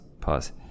pause